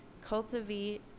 cultivate